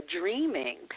dreaming